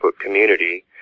community